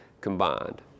combined